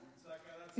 הוא יצעק על עצמו.